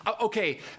okay